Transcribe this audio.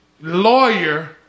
lawyer